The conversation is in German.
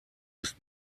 ist